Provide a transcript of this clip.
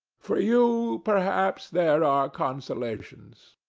for you, perhaps, there are consolations.